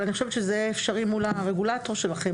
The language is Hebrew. אבל אני חושבת שזה אפשרי מול הרגולטור שלכם,